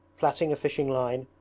plaiting a fishing line,